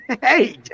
Hey